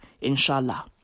Inshallah